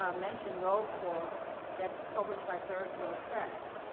ah mentioned roll call that's published by third row press.